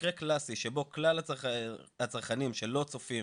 מקרה קלאסי שבו כלל הצרכנים שלא צופים